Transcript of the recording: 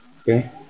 okay